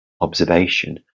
observation